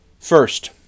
First